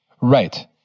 Right